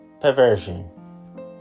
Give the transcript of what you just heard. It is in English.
Perversion